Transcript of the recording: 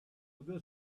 other